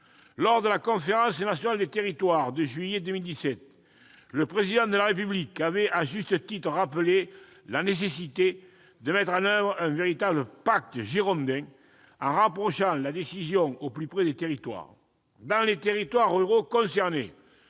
Lors de la Conférence nationale des territoires du mois de juillet 2017, le Président de la République avait à juste titre rappelé la nécessité de mettre en oeuvre un véritable « pacte girondin », en rapprochant la décision au plus près des territoires. Dans les territoires ruraux concernés,